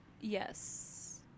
Yes